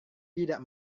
tidak